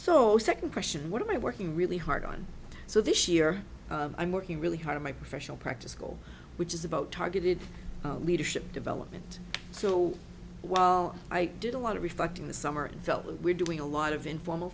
so second question what am i working really hard on so this year i'm working really hard in my professional practice school which is about targeted leadership development so while i did a lot of reflecting the summer felt we're doing a lot of informal